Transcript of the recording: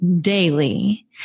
daily